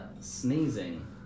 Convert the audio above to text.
sneezing